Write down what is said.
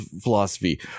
philosophy